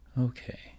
Okay